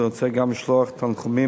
אני רוצה גם לשלוח תנחומים